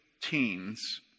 teens